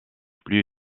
plus